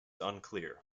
unclear